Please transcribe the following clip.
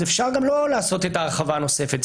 אפשר גם לא לעשות את ההרחבה הנוספת.